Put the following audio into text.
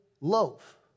loaf